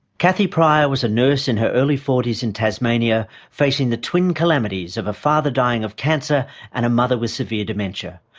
cathy pryor was a nurse in her early forty s in tasmania, facing the twin calamities of a father dying of cancer and a mother with severe dementia.